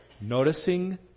Noticing